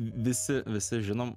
visi visi žinom